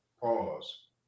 Pause